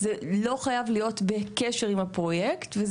זה לא חייב להיות בקשר עם הפרויקט וזה